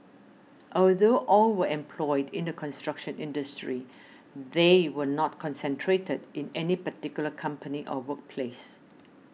although all were employed in the construction industry they were not concentrated in any particular company or workplace